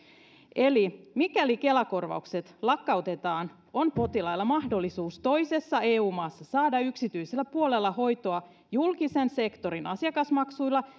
eli mikäli kela korvaukset lakkautetaan on potilailla mahdollisuus toisessa eu maassa saada yksityisellä puolella hoitoa julkisen sektorin asiakasmaksuilla